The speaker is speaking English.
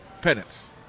penance